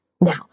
Now